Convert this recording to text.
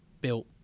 built